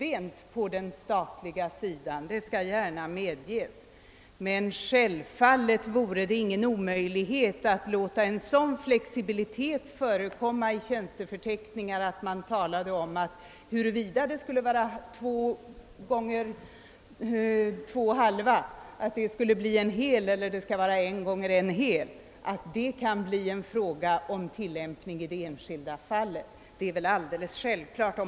Visst är den statliga sidan stelbent — det skall gärna medges — men självfallet vore det ingen omöjlighet att införa en sådan flexibilitet att man i tjänsteförteckningarna lämnade frågan öppen huruvida en tjänst skulle besättas med två halvtidstjänstgörande eiler en heltidstjänstgörande. Att detta kan bli en fråga om tillämpningen i det enskilda fallet är väl alldeles självklart.